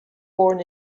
born